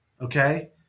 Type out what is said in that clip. okay